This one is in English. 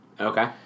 Okay